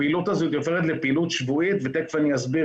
הפעילות הזאת הופכת לפעילות שבועית ותיכף אסביר